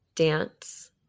Dance